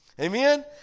Amen